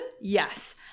Yes